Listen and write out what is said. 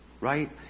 right